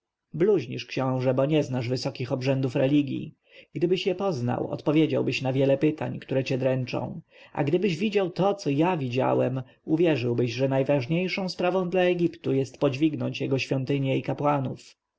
bluźnisz książę bo nie znasz wysokich obrzędów religji gdybyś je poznał odpowiedziałbyś na wiele pytań które cię dręczą a gdybyś widział to co ja widziałem uwierzyłbyś że najważniejszą sprawą dla egiptu jest podźwignąć jego świątynie